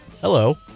Hello